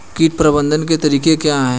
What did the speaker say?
कीट प्रबंधन के तरीके क्या हैं?